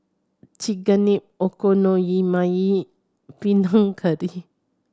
Chigenabe Okonomiyaki Panang Curry